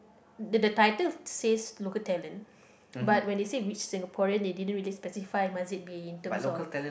the the title says local talent but when they said which Singaporean that didn't really specify must be in terms of